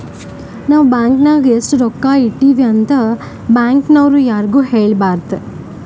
ನಾವ್ ಬ್ಯಾಂಕ್ ನಾಗ್ ಎಷ್ಟ ಬಂಗಾರ ಇಟ್ಟಿವಿ ಅಂತ್ ಬ್ಯಾಂಕ್ ನವ್ರು ಯಾರಿಗೂ ಹೇಳಬಾರ್ದು